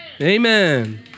Amen